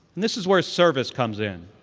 this is where service comes in.